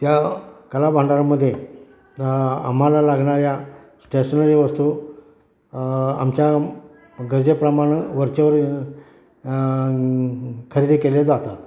त्या कला भांडारामध्ये आम्हाला लागणाऱ्या स्टेशनरी वस्तू आमच्या गरजेप्रमाणं वरचेवर खरेदी केले जातात